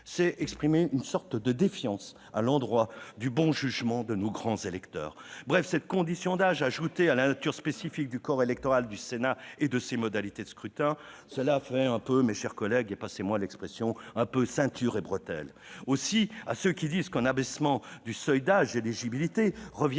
c'est exprimer une forme de défiance à l'endroit du jugement de nos grands électeurs. Bref, cette condition d'âge, ajoutée à la nature spécifique du corps électoral du Sénat et de ses modalités de scrutin, fait un peu, mes chers collègues, passez-moi l'expression, « ceinture et bretelles »! À ceux qui disent qu'un abaissement du seuil d'âge d'éligibilité reviendrait